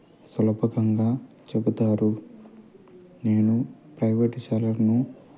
సులభతరంగా చెబుతారు నేను ప్రైవేట్ శాలలను